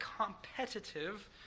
competitive